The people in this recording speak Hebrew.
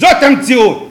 זאת המציאות.